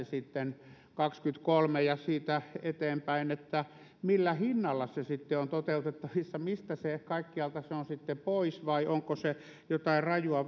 sitten vuonna kaksikymmentäkolme ja siitä eteenpäin että millä hinnalla se on toteutettavissa mistä kaikkialta se on sitten pois vai onko se jotain rajua